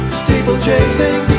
steeplechasing